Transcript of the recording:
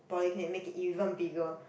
polyclinic make it even bigger